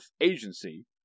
agency